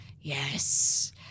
Yes